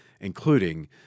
including